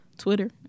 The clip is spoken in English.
twitter